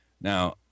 Now